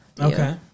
Okay